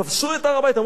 אמרו: הר-הבית בידינו.